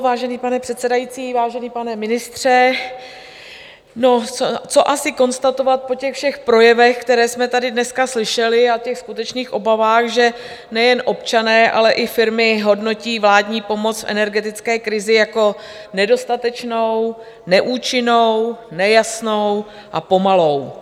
Vážený pane předsedající, vážený pane ministře, no, co asi konstatovat po těch všech projevech, které jsme tady dneska slyšeli, a těch skutečných obavách, že nejen občané, ale i firmy hodnotí vládní pomoc v energetické krizi jako nedostatečnou, neúčinnou, nejasnou a pomalou.